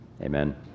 amen